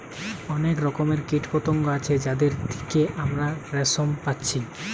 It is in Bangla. অনেক রকমের কীটপতঙ্গ আছে যাদের থিকে আমরা রেশম পাচ্ছি